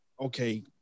okay